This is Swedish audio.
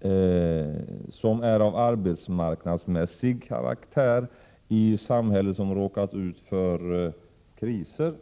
enbart när det råder arbetsmarknadskris på en ort.